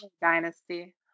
dynasty